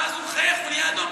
ואז הוא מחייך ונהיה אדום,